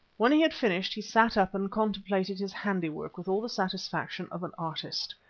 when he had finished he sat up and contemplated his handiwork with all the satisfaction of an artist.